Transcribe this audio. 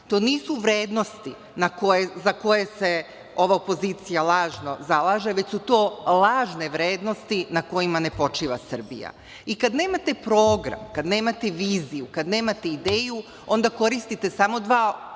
to nisu vrednosti za koje se ova opozicija lažno zalaže, već su to lažne vrednosti na kojima ne počiva Srbija. Kad nemate program, kad nemate viziju, kad nemate ideju, onda koristite samo dva argumenta.